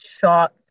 shot